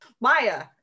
Maya